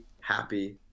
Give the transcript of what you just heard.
happy